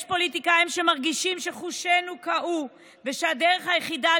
יש פוליטיקאים שמרגישים שחושינו קהו ושהדרך היחידה